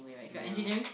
ya